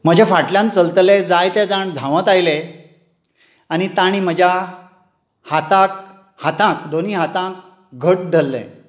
म्हज्या फाटल्यान चलतले जायते जाण धांवत आयले आनी तांणी म्हज्या हाताक हातांक दोनी हातांक घट धरले